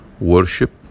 worship